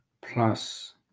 plus